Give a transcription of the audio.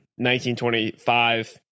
1925